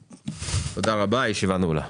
תודה רבה, הישיבה נעולה.